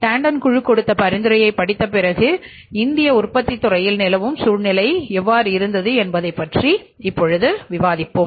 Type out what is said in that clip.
டேண்டன் குழுகொடுத்த பரிந்துரையை பற்றிப் படித்த பிறகு இந்திய உற்பத்தித் துறையில் நிலவும் சூழ்நிலையைப் பற்றி விவாதிப்போம்